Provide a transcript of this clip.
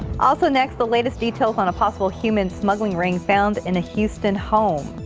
also next the latest details on a possible human smuggling ring found in a houston home.